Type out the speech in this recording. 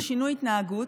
זה שינוי התנהגות,